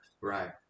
Right